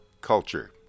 culture